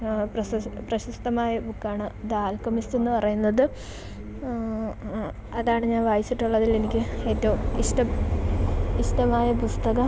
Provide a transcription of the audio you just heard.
ആ പ്രശസ് പ്രശസ്തമായ ബുക്കാണ് ദ ആൽക്കെമിസ്റ്റ് എന്നു പറയുന്നത് ആ അതാണ് ഞാൻ വായിച്ചിട്ടുള്ളതിൽ എനിക്ക് ഏറ്റവും ഇഷ്ടം ഇഷ്ടമായ പുസ്തകം